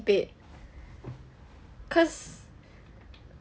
it cause